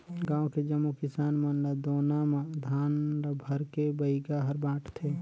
गांव के जम्मो किसान मन ल दोना म धान ल भरके बइगा हर बांटथे